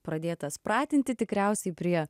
pradėtas pratinti tikriausiai prie